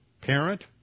parent